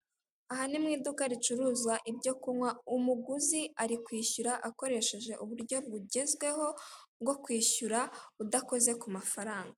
Aha ni mu iduka ricuruza ibyo kunywa umuguzi ari kwishyura akoresheje uburyo bugezweho bwo kwishyura udakoze ku mafaranga.